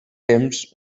temps